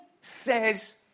says